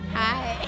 hi